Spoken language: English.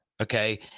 okay